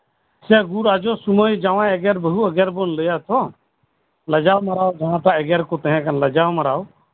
ᱥᱮ ᱜᱩᱲ ᱟᱡᱚ ᱥᱚᱢᱚᱭ ᱵᱟᱹᱦᱩ ᱮᱜᱮᱨ ᱡᱟᱣᱟᱭ ᱮᱜᱮᱨ ᱵᱚᱱ ᱞᱟᱹᱭ ᱟᱛᱚ ᱞᱟᱡᱟᱣ ᱢᱟᱨᱟᱣ ᱮᱜᱮᱨ ᱠᱚ ᱛᱟᱸᱦᱮ ᱠᱟᱱᱟ ᱞᱟᱡᱟᱣ ᱢᱟᱨᱟᱣ